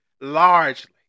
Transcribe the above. largely